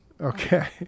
Okay